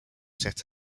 set